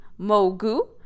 Mogu